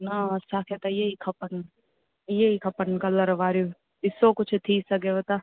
ना असांखे त इहे ई खपनि इहे ई खपनि कलर वारियूं ॾिसो कुझु थी सघेव त